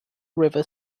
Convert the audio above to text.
river